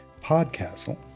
Podcastle